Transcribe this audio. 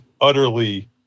utterly